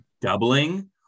doubling